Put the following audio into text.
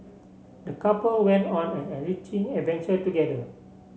the couple went on an enriching adventure together